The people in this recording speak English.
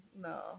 No